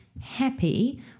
happy